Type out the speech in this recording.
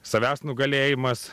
savęs nugalėjimas